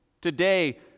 today